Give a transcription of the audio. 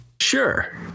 Sure